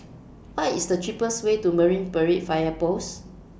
What IS The cheapest Way to Marine Parade Fire Post